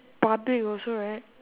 public also right